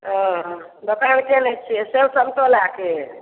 हँ हँ बतअबतियै नहि छियै सेब सन्तोलाके